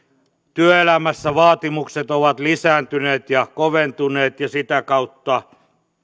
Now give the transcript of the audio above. työelämässä vaatimukset ovat lisääntyneet ja koventuneet ja sitä kautta